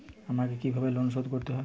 আমাকে কিভাবে লোন শোধ করতে হবে?